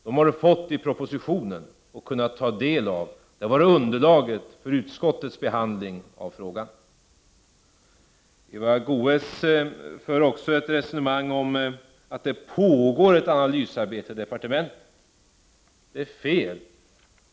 Det har han fått i propositionen och kunnat ta del av redan. Det har varit underlaget för utskottsbehandlingen av frågan. Eva Goés för också ett resonemang om att det pågår ett analysarbete i departementet. Det är fel!